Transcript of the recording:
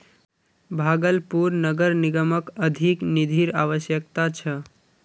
भागलपुर नगर निगमक अधिक निधिर अवश्यकता छ